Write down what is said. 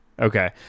Okay